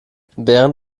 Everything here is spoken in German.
während